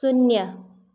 शून्य